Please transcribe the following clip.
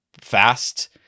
fast